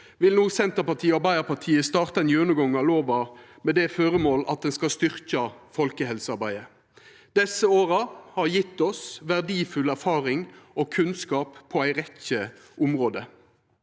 vil no Senterpartiet og Arbeidarpartiet starta ein gjennomgang av lova med det føremålet at ein skal styrkja folkehelsearbeidet. Desse åra har gjeve oss verdifull erfaring og kunnskap på ei rekkje område.